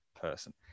person